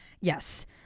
Yes